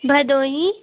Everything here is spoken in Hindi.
भदोही